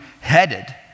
headed